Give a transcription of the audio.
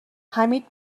حمید